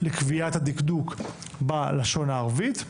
לקביעת הדקדוק בלשון הערבית.